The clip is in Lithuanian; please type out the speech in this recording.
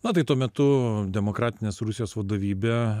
na tai tuo metu demokratinės rusijos vadovybė